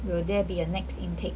will there be a next intake